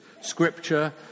scripture